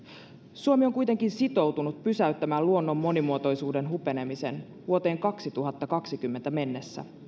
suomi on kuitenkin sitoutunut pysäyttämään luonnon monimuotoisuuden hupenemisen vuoteen kaksituhattakaksikymmentä mennessä